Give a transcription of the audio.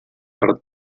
per